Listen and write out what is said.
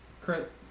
crit